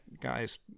guys